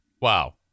wow